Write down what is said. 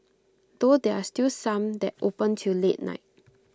though there are still some that open till late night